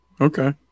Okay